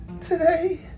today